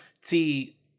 see